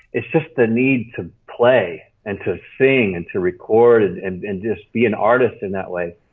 it's just the need to play and to sing and to record and and and just be an artist in that way.